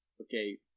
okay